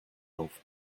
auf